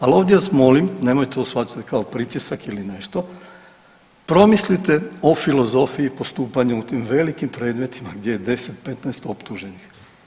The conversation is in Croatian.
Ali ovdje vas molim nemojte to shvatiti kao pritisak ili nešto promislite o filozofiji postupanja u tim velikim predmetima gdje je 10 – 15 optuženih.